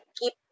keep